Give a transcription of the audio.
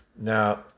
Now